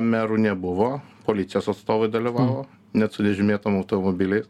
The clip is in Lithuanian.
merų nebuvo policijos atstovai dalyvavo net su nežymėtom automobiliais